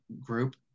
group